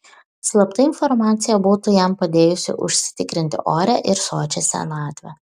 slapta informacija būtų jam padėjusi užsitikrinti orią ir sočią senatvę